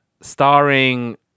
starring